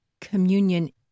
communion